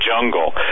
jungle